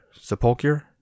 Sepulchre